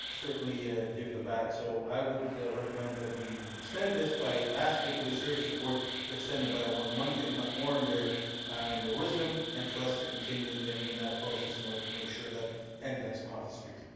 certainly give them back. so i would recommend that we extend this by asking the police services board to extend it by one month if not more in their in their wisdom and for us to continue in in that process in order to make sure that handguns come off the street.